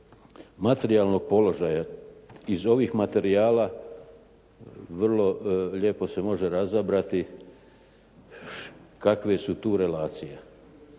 materijalnog položaja iz ovih materijala vrlo lijepo se može razabrati kakve su tu relacije.